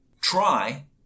Try